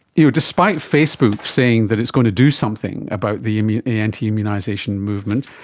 you know despite facebook saying that it's going to do something about the anti-immunisation movement,